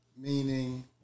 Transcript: meaning